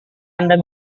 anda